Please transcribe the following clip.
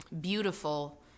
beautiful